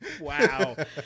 wow